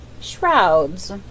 shrouds